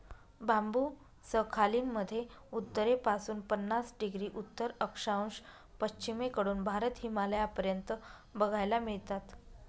बांबु Sakhalin मध्ये उत्तरेपासून पन्नास डिग्री उत्तर अक्षांश, पश्चिमेकडून भारत, हिमालयापर्यंत बघायला मिळतात